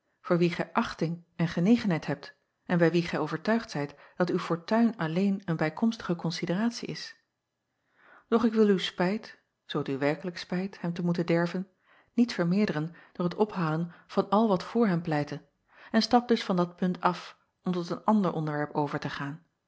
voor wien gij achting en genegenheid hebt en bij wien gij overtuigd zijt dat uw fortuin alleen een bijkomstige konsideratie is och ik wil uw spijt zoo t u werkelijk spijt hem te moeten derven niet vermeerderen door t ophalen van al wat voor hem pleitte en stap dus van dat punt af om tot een ander onderwerp over te gaan